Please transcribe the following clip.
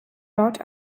wrought